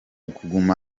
kuguma